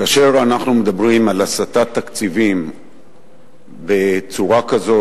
כאשר אנחנו מדברים על הסטת תקציבים בצורה כזאת